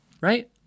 right